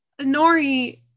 Nori